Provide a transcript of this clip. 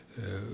heym